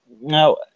now